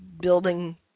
building